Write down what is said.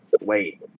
wait